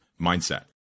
mindset